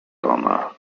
honor